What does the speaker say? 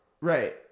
right